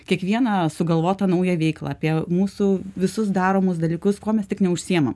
kiekvieną sugalvotą naują veiklą apie mūsų visus daromus dalykus kuo mes tik neužsiimam